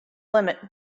limit